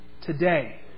today